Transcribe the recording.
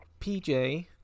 pj